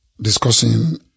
discussing